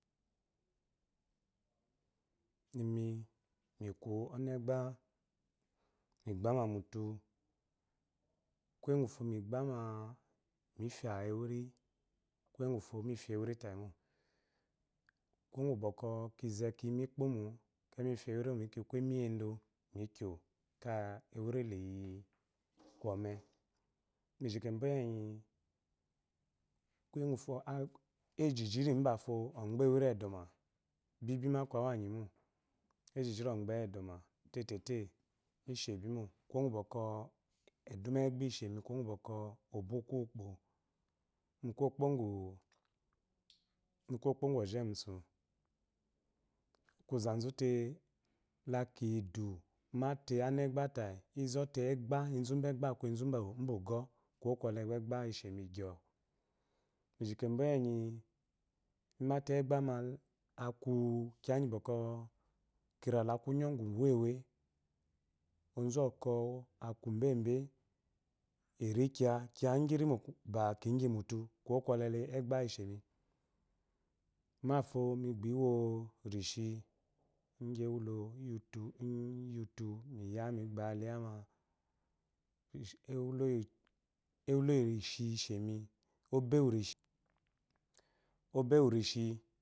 Imi muku ɔnegba, migbama mi fya ewiri, kuye ngufo mi fya ewiri tayi mo. kuwongu bwɔkwɔ kinze kiyi mikpomo-o mi fya ewirimo, mikyi ku emi edo ka ewiri liy komé mu lyi kembo iyi enyi, kuye ngufɔ a ejiji mbafo ɔgbe ewiri edoma bibi ma aku awa nyi mo ejijiri ɔgbeyi edoma tẽtẽ mihsé bimo kuwo bwɔkwɔ o book uwukpo mu kokpo ngu, mu kokpo ngu ojames ku zanzu t`la kiyi idu maté anegba tayi ezo té anegba aku ezu mbuugho le gba egba ishemi gyo. mu lji kembo iyenyi mi mate egba ma aku kiya ingyi bwɔkwo kirala kunyo ugu uwéwé. Onzu uwɔkwɔ aku nbenbe eri kiya, kiya lgyi rimo ba ki gimitu kuwo kwɔle egba ishémí. mafo migbi wo rishi lygu ewulo iyi utu iyi utu, miya mi gbayala lyama, ewulo lyi rishi ishémi obe uwu rishi.